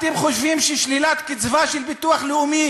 אתם חושבים ששלילת קצבה של ביטוח לאומי